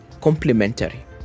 complementary